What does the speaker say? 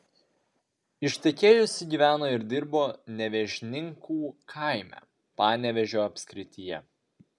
ištekėjusi gyveno ir dirbo nevėžninkų kaime panevėžio apskrityje